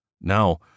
Now